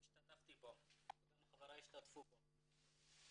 השתתפתי בו וגם חבריי השתתפו בו.